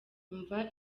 umva